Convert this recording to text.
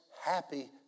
happy